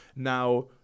now